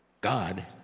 God